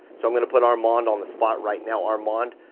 so i'm gonna put armand on the spot right now. armand,